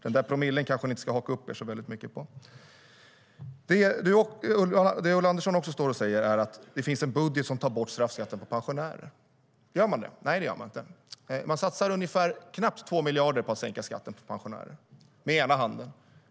Den där promillen kanske ni inte ska haka upp er så mycket på. Det Ulla Andersson också står och säger är att det finns en budget som tar bort straffskatten på pensionärer. Gör man det? Nej, det gör man inte. Man satsar knappt 2 miljarder på att sänka skatten för pensionärer med den ena handen.